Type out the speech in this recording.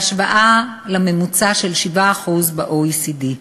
בהשוואה לממוצע של 7% ב-OECD.